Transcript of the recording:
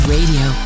Radio